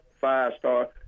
five-star